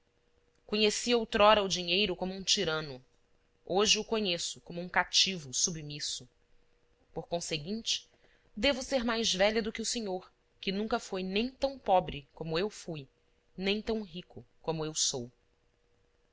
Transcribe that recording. opulência conheci outrora o dinheiro como um tirano hoje o conheço como um cativo submisso por conseguinte devo ser mais velha do que o senhor que nunca foi nem tão pobre como eu fui nem tão rico como eu sou